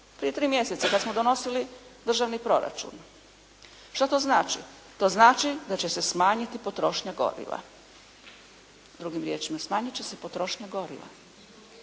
prije 3 mjeseca kad smo donosili državni proračun. Šta to znači? To znači da će se smanjiti potrošnja goriva. Drugim riječima smanjit će se potrošnja goriva.